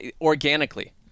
organically